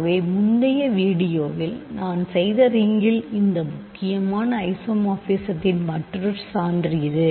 ஆகவே முந்தைய வீடியோவில் நான் செய்த ரிங்கில் இந்த முக்கியமான ஐசோமார்பிஸத்தின் மற்றொரு சான்று இது